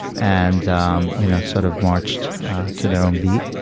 and um you know sort of marched to their own beat.